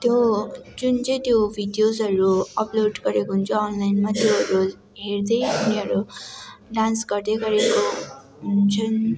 त्यो जुन चाहिँ त्यो भिडियोजहरू अपलोड गरेको हुन्छ अनलाइनमा त्योहरू हेर्दै तिनीहरू डान्स गर्दे गरेको हुन्छन्